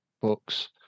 books